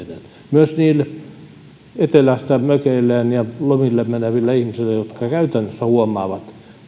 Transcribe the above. myös niille etelästä mökeilleen ja lomille meneville ihmisille jotka käytännössä huomaavat